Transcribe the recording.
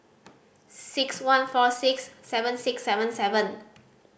six one four six seven six seven seven